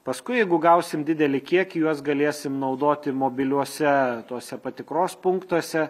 paskui jeigu gausim didelį kiekį juos galėsim naudoti mobiliuose tuose patikros punktuose